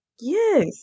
Yes